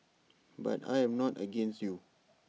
but I am not against you